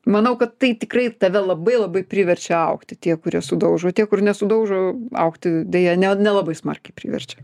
manau kad tai tikrai tave labai labai priverčia augti tie kurie sudaužo tie kur nesudaužo augti deja ne nelabai smarkiai priverčia